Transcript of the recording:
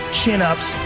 chin-ups